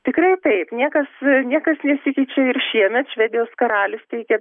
tikrai taip niekas niekas nesikeičia ir šiemet švedijos karalius teikia